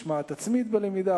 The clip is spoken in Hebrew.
משמעת עצמית בלמידה,